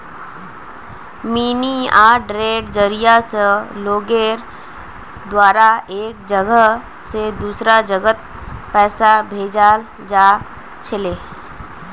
money आर्डरेर जरिया स लोगेर द्वारा एक जगह स दूसरा जगहत पैसा भेजाल जा छिले